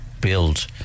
build